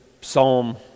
psalm